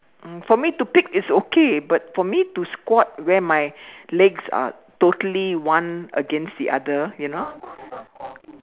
uh for me to pick it's okay but for me to squat where my legs are totally one against the other you know